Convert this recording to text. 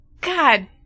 God